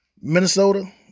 Minnesota